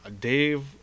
Dave